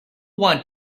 want